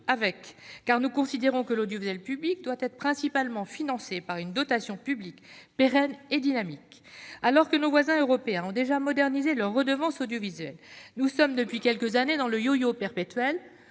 aussi, car nous considérons que l'audiovisuel public doit être principalement financé par une dotation publique pérenne et dynamique. Alors que nos voisins européens ont déjà modernisé leur redevance audiovisuelle, nous sommes depuis quelques années dans le yo-yo perpétuel,